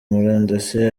murandasi